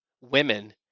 women